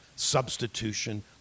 substitution